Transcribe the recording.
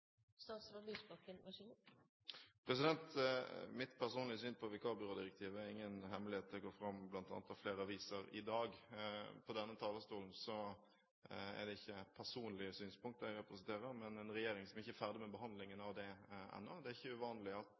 Mitt personlige syn på vikarbyrådirektivet er ingen hemmelighet, det går bl.a. fram av flere aviser i dag. På denne talerstolen er det ikke personlige synspunkter jeg representerer, men en regjering som ikke er ferdig med behandlingen av det ennå. Det er ikke uvanlig at